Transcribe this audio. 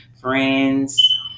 friends